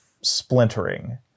splintering